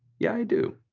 yeah i do.